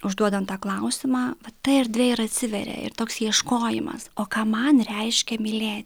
užduodam tą klausimą ta erdvė ir atsiveria ir toks ieškojimas o ką man reiškia mylėt